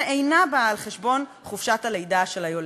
שאינה באה על חשבון חופשת הלידה של היולדת".